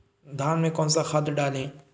धान में कौन सा खाद डालें?